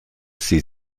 sie